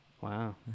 Wow